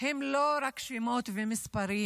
הם לא רק שמות ומספרים,